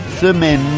semaine